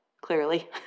clearly